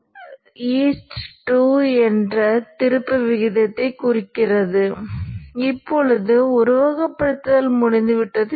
எனினும் காரணிகளில் நீங்கள் ஒரு கசிவு கூறு இருப்பதைக் பார்க்கலாம் இங்கே ஒரு கசிவு இருக்கும்